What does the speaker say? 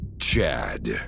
Chad